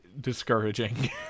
discouraging